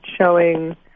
showing